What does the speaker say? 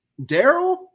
Daryl